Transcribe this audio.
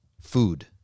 food